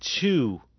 two